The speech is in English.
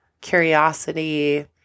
curiosity